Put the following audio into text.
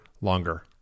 longer